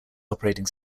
operating